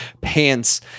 pants